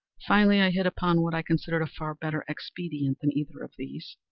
finally i hit upon what i considered a far better expedient than either of these.